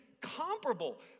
comparable